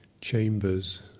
chambers